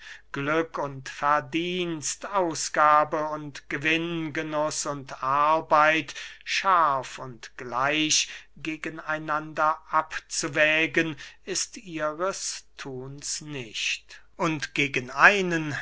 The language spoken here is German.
glück und verdienst ausgabe und gewinn genuß und arbeit scharf und gleich gegen einander abzuwägen ist ihres thuns nicht und gegen einen